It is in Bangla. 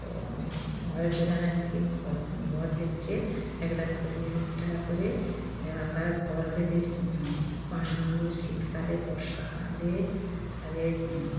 তো আবাস যোজনা থেকে ঘর ঘর দিচ্ছে এক লাখ কুড়ি হাজার টাকা করে এবার তারা ঘর বেঁধে আনন্দ শীতকালে বর্ষাকালে তাদের